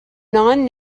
non